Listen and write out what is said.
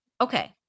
okay